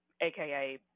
AKA